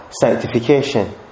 sanctification